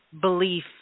belief